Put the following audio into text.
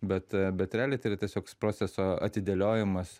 bet bet realiai tai yra tiesiog proceso atidėliojimas